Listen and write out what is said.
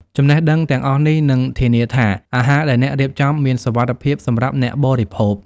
ចំណេះដឹងទាំងអស់នេះនឹងធានាថាអាហារដែលអ្នករៀបចំមានសុវត្ថិភាពសម្រាប់អ្នកបរិភោគ។